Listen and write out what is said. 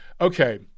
Okay